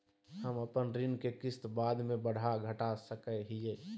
हम अपन ऋण के किस्त बाद में बढ़ा घटा सकई हियइ?